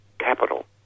Capital